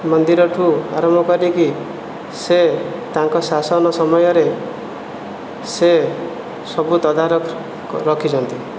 ମନ୍ଦିରଠୁ ଆରମ୍ଭ କରିକି ସେ ତାଙ୍କ ଶାସନ ସମୟରେ ସେ ସବୁ ତଦାରଖ ରଖିଛନ୍ତି